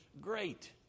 great